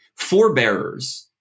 forebearers